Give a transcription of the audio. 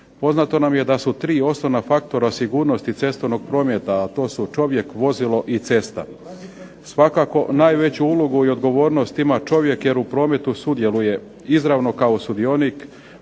Poznato nam je da su tri osnovna faktora sigurnosti cestovnog prometa, a to su čovjek, vozio i cesta. Svakako najveću ulogu i odgovornost ima čovjek jer u prometu sudjeluje izravno kao sudionik